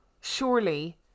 surely